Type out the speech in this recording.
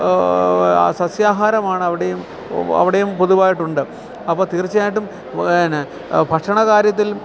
സസ്യാഹാരമാണ് അവിടെയും അവിടെയും പൊതുവായിട്ടുള്ളത് അപ്പോള് തീർച്ചയായിട്ടും പിന്നെ ഭക്ഷണ കാര്യത്തിൽ